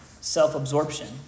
self-absorption